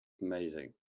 Amazing